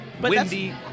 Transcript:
Windy